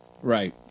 Right